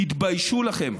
תתביישו לכם.